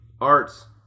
Arts